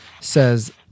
says